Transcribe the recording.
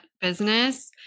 business